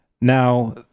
Now